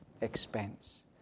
expense